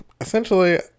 essentially